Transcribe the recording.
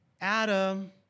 Adam